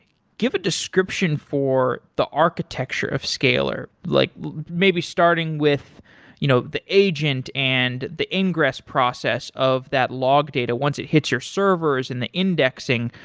give a description for the architecture of scalyr. like maybe starting with you know the agent and the ingress process of that log data once it hits your servers and the indexing.